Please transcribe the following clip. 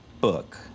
book